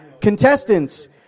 contestants